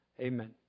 Amen